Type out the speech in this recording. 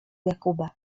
jakuba